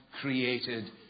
created